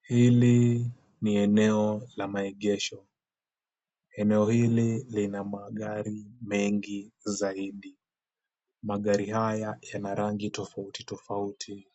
Hili ni eneo la maegesho. Eneo hili lina magari mengi zaidi. Magari haya yana rangi tofauti tofauti